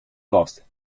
lost